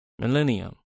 millennium